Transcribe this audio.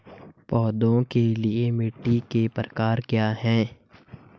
पौधों के लिए मिट्टी के प्रकार क्या हैं?